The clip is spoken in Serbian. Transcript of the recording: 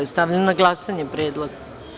Stavljam na glasanje ovaj predlog.